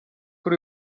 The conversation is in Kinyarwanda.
kuri